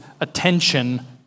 attention